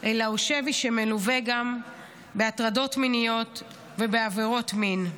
אלא הוא שבי שמלווה גם בהטרדות מיניות ובעבירות מין.